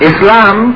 Islam